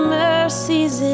mercies